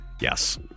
Yes